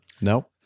no